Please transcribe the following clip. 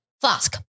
flask